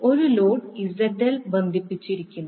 ഒരു load ZL ബന്ധിപ്പിച്ചിരിക്കുന്നു